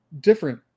Different